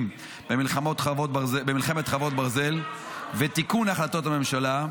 במלחמת חרבות ברזל ותיקון החלטות ממשלה,